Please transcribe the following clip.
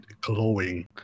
glowing